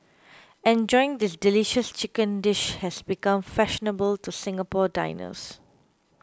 enjoying this delicious chicken dish has become fashionable to Singapore diners